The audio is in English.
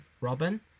Robin